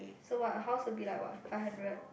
so what a house would be like what five hundred